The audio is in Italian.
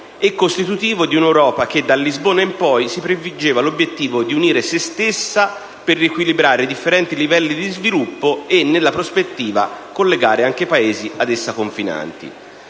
e costituivo di un'Europa che, da Lisbona in poi, si prefiggeva l'obiettivo di unire se stessa per riequilibrare i differenti livelli di sviluppo e, nella prospettiva, collegare anche i Paesi con essa confinanti.